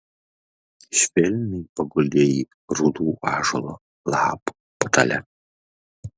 švelniai paguldė jį rudų ąžuolo lapų patale